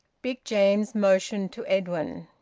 big james motioned to edwin.